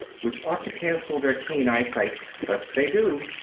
which ought to cancel their keen eyesight, but they do.